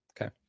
Okay